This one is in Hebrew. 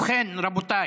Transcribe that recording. ובכן, רבותיי,